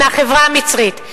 מהחברה המצרית.